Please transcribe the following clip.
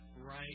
right